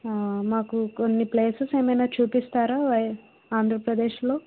ఆ మాకు కొన్ని ప్లేసెస్ ఏమన్నా చూపిస్తారా ఆంధ్రప్రదేశ్లో